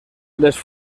les